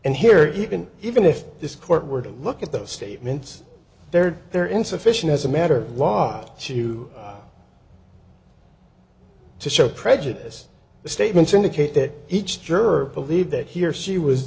and here you can even if this court were to look at those statements there they're insufficient as a matter of law to to show prejudice the statements indicate that each jerk believed that he or she was